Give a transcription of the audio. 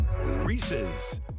Reese's